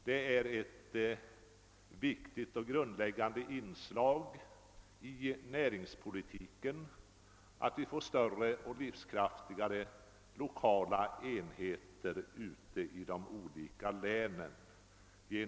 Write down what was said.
Det är ett viktigt och grundläggande inslag i näringspolitiken att vi genom en kommunsammanslagning får större och livskraftigare lokala enheter ute i länen.